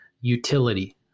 utility